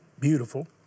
beautiful